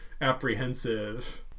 apprehensive